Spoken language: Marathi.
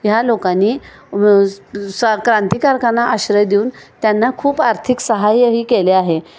ह्या लोकांनी स क्रांतिकारकांना आश्रय देऊन त्यांना खूप आर्थिक सहाय्य ही केले आहे